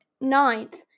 ninth